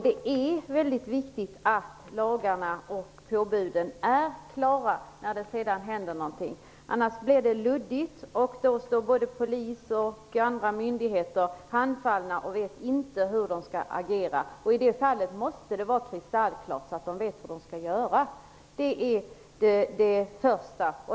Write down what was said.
Det är mycket viktigt att lagarna och påbuden är klara när det sedan händer någonting, annars blir det luddigt och då står både polis och andra myndigheter handfallna och vet inte hur de skall agera. I det fallet måste det vara kristallklart så att de vet hur de skall göra. Det är det första.